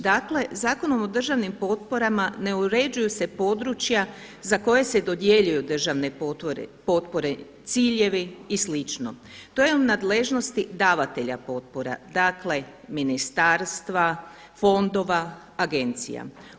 Dakle Zakonom o državnim potporama ne uređuju se područja za koja se dodjeljuju državne potpore, ciljevi i slično, to je u nadležnosti davatelja potpora, dakle ministarstva, fondova, agencija.